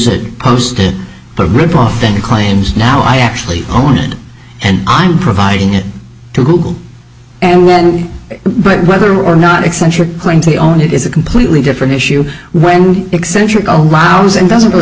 it posted to rip off then claims now i actually own it and i'm providing it to google and when but whether or not eccentric claims he owned it is a completely different issue when eccentric allows and doesn't really